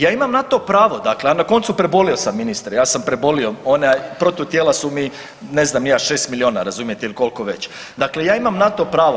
Ja imam na to pravo, dakle, a na koncu prebolio sam ministre, ja sam prebolio, ona protutijela su mi ne znam ni ja 6 milijuna razumijete ili koliko već, dakle ja imam na to pravo.